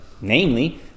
namely